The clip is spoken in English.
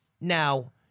Now